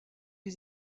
die